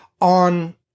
on